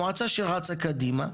מועצה שרצה קדימה,